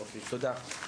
אוקי, תודה.